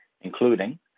including